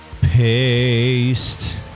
Paste